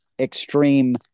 extreme